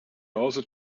also